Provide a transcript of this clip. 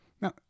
Now